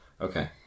Okay